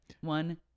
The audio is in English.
One